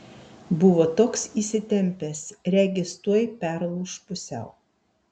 buvo toks įsitempęs regis tuoj perlūš pusiau